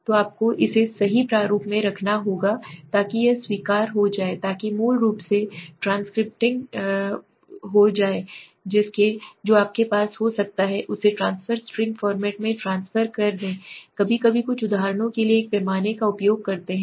तो आपको इसे सही प्रारूप में रखना होगा ताकि यह स्वीकार्य हो जाए ताकि मूल रूप से ट्रांसक्रिप्शनिंग होडेटा जो आपके पास हो सकता है उसे ट्रांसफर स्ट्रिंग फॉर्मेट में ट्रांसफर कर दें कभी कभी कुछ उदाहरणों के लिए एक पैमाने का उपयोग करते हैं